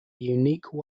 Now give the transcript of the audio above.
unique